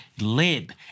lib